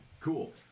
Cool